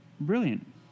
brilliant